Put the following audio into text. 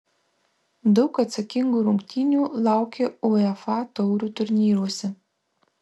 daug atsakingų rungtynių laukia uefa taurių turnyruose